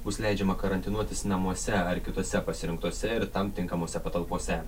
bus leidžiama karantinuotis namuose ar kitose pasirinktose ir tam tinkamose patalpose